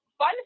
Fun